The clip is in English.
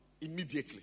Immediately